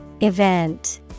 Event